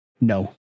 no